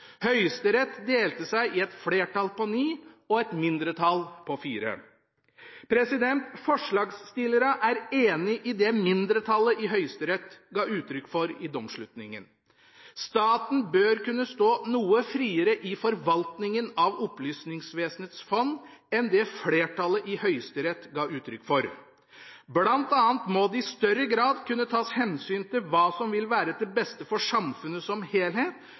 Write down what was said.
Høyesterett delte seg i et flertall på ni dommere og et mindretall på fire dommere. Forslagsstillerne er enige i det mindretallet i Høyesterett ga uttrykk for i domsslutningen. Staten bør kunne stå noe friere i forvaltningen av Opplysningsvesenets fond enn det flertallet i Høyesterett ga uttrykk for. Blant annet må det i større grad kunne tas hensyn til hva som vil være til beste for samfunnet som helhet,